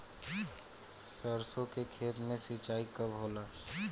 सरसों के खेत मे सिंचाई कब होला?